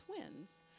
twins